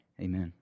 Amen